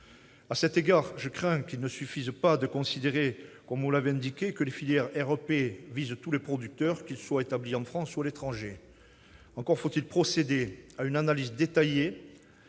À cet égard, je crains qu'il ne suffise pas de considérer, comme vous me l'avez indiqué, que « les filières REP visent tous les producteurs, qu'ils soient établis en France ou à l'étranger ». Encore faut-il procéder à une analyse détaillée